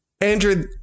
Andrew